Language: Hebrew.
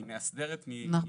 היא מאסדרת מלמעלה.